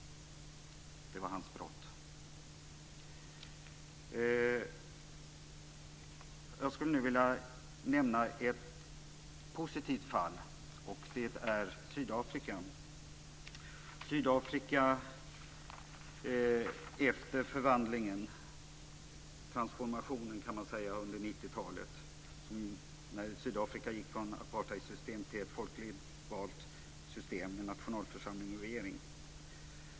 Det var hans brott. Jag skulle nu vilja nämna ett positivt fall. Det är Sydafrika efter förvandlingen, transformationen kan man säga, under 90-talet. Då gick Sydafrika från apartheidsystem till ett system med folkligt vald nationalförsamling och regering.